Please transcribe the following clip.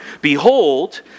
Behold